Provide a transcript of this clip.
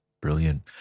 Brilliant